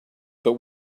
but